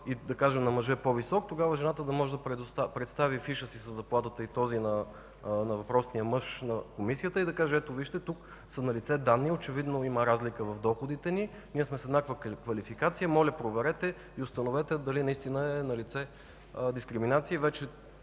и на мъжа е по-висок, тогава жената да може да представи фиша за заплатата си и този на въпросния мъж на Комисията и да каже: „Ето, вижте, тук са налице данни и очевидно има разлика в доходите ни. Ние сме с еднаква квалификация. Моля проверете и установете дали наистина е налице дискриминация.”